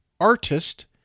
artist